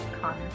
Connor